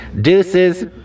deuces